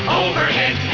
overhead